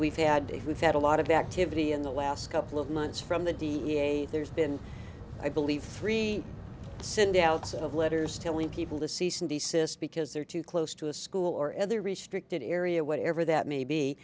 we've had a we've had a lot of activity in the last couple of months from the d a there's been i believe three send outs of letters telling people to cease and desist because they're too close to a school or other restricted area whatever that may be